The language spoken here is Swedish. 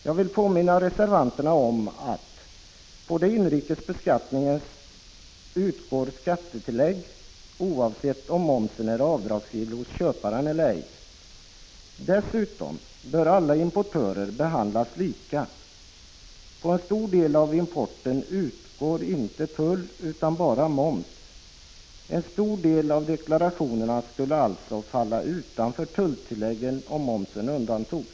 Jag vill påminna reservanterna om att skattetillägg utgår på den inrikes beskattningen, oavsett om momsen är avdragsgill hos köparen eller ej. Dessutom bör alla importörer behandlas lika. På en stor del av importen = Prot. 1985/86:49 utgår inte tull utan bara moms. Motsvarande del av deklarationerna skulle 11 december 1985 alltså falla utanför bestämmelserna om tulltillägg ifall momsen undantogs.